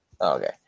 okay